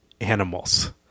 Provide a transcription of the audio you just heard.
animals